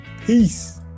peace